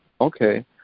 okay